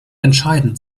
entscheidend